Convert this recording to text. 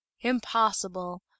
Impossible